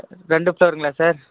ரெண்டு செவருங்களா சார்